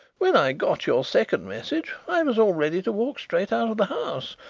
when i got your second message i was all ready to walk straight out of the house.